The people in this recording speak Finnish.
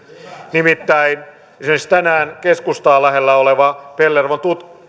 nimittäin tänään keskustaa lähellä oleva pellervon